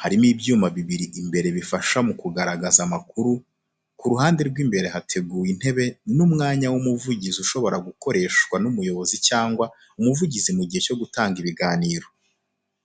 Hariho ibyuma bibiri imbere bifasha mu kugaragaza amakuru, ku ruhande rw’imbere hateguwe intebe n’umwanya w’umuvugizi ushobora gukoreshwa n’umuyobozi cyangwa umuvugizi mu gihe cyo gutanga ibiganiro.